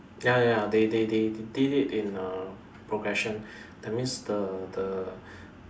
ya ya ya they they they did it in uh progression that means the the